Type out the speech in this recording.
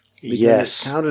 Yes